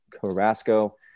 Carrasco